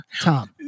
Tom